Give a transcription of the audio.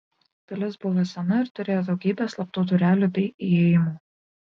pilis buvo sena ir turėjo daugybę slaptų durelių bei įėjimų